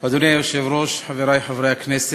אדוני היושב-ראש, חברי חברי הכנסת,